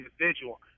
individual